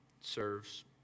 serves